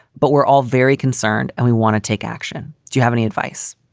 but we're all very concerned and we want to take action. do you have any advice?